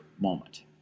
moment